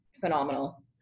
phenomenal